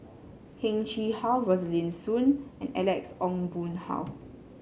Heng Chee How Rosaline Soon and Alex Ong Boon Hau